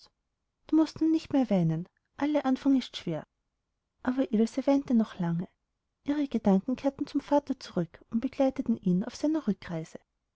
du mußt nun nicht mehr weinen alle anfang ist schwer aber ilse weinte noch lange ihre gedanken kehrten zum vater zurück und begleiteten ihn auf seiner rückreise